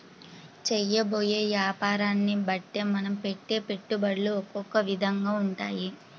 చేయబోయే యాపారాన్ని బట్టే మనం పెట్టే పెట్టుబడులు ఒకొక్క విధంగా ఉంటాయి